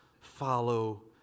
follow